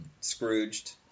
Scrooged